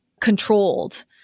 controlled